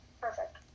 Perfect